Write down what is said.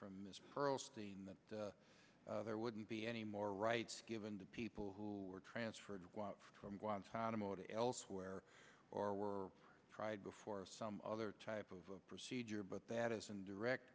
from the there wouldn't be any more rights given to people who were transferred from guantanamo to elsewhere or were tried before or some other type of procedure but that is in direct